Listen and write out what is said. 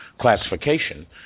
classification